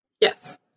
Yes